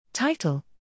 Title